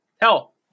Hell